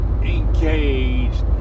engaged